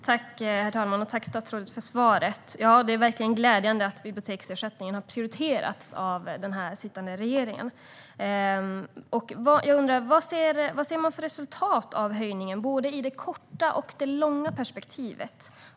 Herr talman! Tack, statsrådet, för svaret! Det är verkligen glädjande att biblioteksersättningen har prioriterats av den sittande regeringen. Jag undrar vad man ser för resultat av höjningen, både i det korta och i det långa perspektivet.